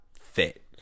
fit